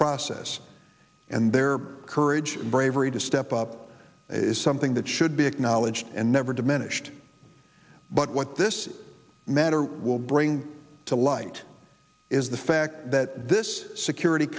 process and their courage bravery to step up is something that should be acknowledged and never diminished but what this matter will bring to light is the fact that this security